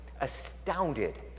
astounded